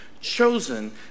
chosen